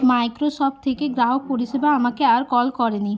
Microsoft থেকে গ্রাহক পরিষেবা আমাকে আর কল করেনি